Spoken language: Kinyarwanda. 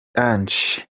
ange